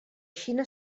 xina